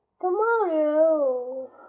Tomorrow